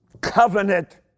covenant